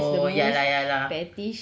oh ya lah ya lah